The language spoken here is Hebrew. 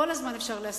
כל הזמן אפשר להסית,